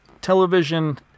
television